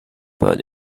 but